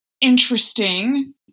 interesting